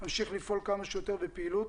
להמשיך לפעול כמה שיותר בפעילות